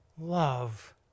love